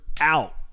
out